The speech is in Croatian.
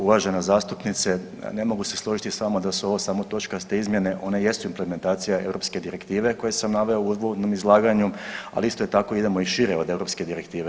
Uvažena zastupnice ne mogu se složiti s vama da su ovo samo točkaste izmjene one jesu implementacija europske direktive koje sam naveo u uvodnom izlaganju, ali isto tako idemo i šire od europske direktive.